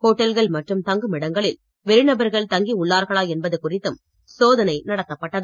ஹோட்டல்கள் மற்றும் தங்குமிடங்களில் வெளி நபர்கள் தங்கி உள்ளார்களா என்பது குறித்தும் சோதனை நடத்தப்பட்டது